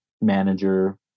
manager